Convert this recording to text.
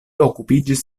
okupiĝis